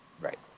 Right